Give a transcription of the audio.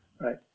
right